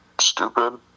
stupid